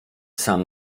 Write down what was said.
sam